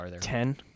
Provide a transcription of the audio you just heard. Ten